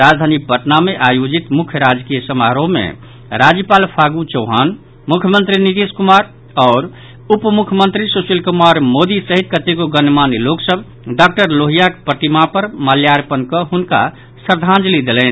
राजधानी पटना मे आयोजित मुख्य राजकीय समारोह मे राज्यपाल फागू चौहान मुख्यमंत्री नीतीश कुमार आओर उप मुख्यमंत्री सुशील कुमार मोदी सहित कतेको गणमान्य लोक सभ डॉक्टर लोहियाक प्रतिमा पर माल्यार्पण कऽ हुनका श्रद्धांजलि देलनि